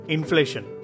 Inflation